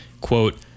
quote